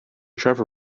trevor